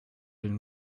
been